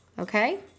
Okay